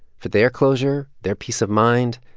for their closure, their peace of mind?